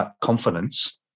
confidence